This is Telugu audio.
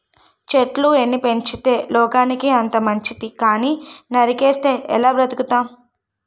చెట్లు ఎన్ని పెంచితే లోకానికి అంత మంచితి కానీ నరికిస్తే ఎలా బతుకుతాం?